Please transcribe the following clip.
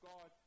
God